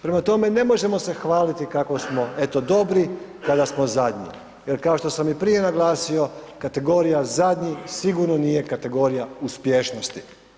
Prema tome, ne možemo se hvaliti kako smo eto dobri kada smo zadnji jer kao što sam i prije naglasio kategorija zadnji sigurno nije kategorija uspješnosti.